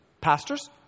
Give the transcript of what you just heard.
Pastors